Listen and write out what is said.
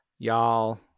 Y'all